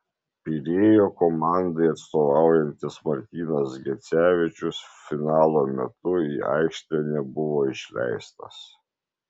pirėjo komandai atstovaujantis martynas gecevičius finalo metu į aikštę nebuvo išleistas